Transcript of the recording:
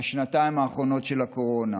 השנתיים האחרונות של הקורונה.